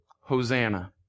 Hosanna